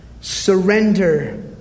surrender